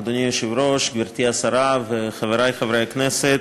אדוני היושב-ראש, גברתי השרה וחברי חברי הכנסת,